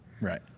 Right